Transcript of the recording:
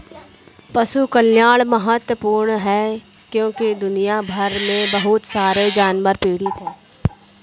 पशु कल्याण महत्वपूर्ण है क्योंकि दुनिया भर में बहुत सारे जानवर पीड़ित हैं